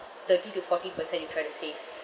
thirty to forty percent you try to save